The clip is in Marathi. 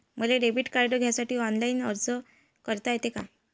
मले डेबिट कार्ड घ्यासाठी ऑनलाईन अर्ज करता येते का?